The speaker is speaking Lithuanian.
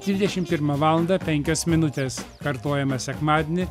dvidešimt pirmą valandą penkios minutės kartojama sekmadienį